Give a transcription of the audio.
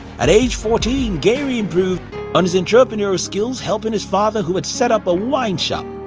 at age fourteen, gary improved on his entrepreneurial skills helping his father who had set up a wine shop.